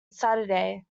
saturday